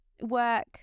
work